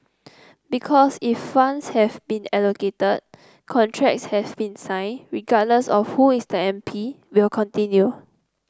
because if funds have been allocated contracts have been signed regardless of whoever is the M P will continue